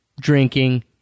drinking